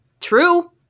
true